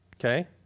Okay